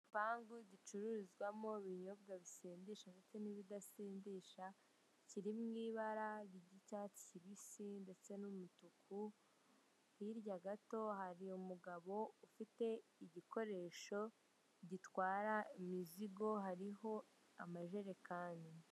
Igipangu gucururizwamo ibinyobwa bisindisha ndetse n'ibidasindisha, kiri mu ibara ry'icyatsi kibisi ndetse n'umutuku hirya gato hari umugabo ufite igikoresho gitwara imizigo hariho amajerekani.